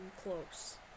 close